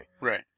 Right